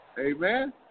Amen